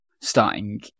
starting